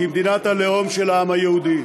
כמדינת הלאום של העם היהודי,